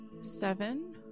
seven